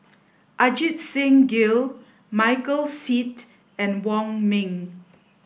Ajit Singh Gill Michael Seet and Wong Ming